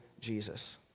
Jesus